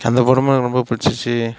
அந்த படமும் எனக்கு ரொம்ப பிடிச்சிடுச்சி